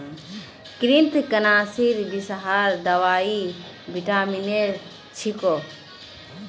कृन्तकनाशीर विषहर दवाई विटामिनेर छिको